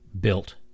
built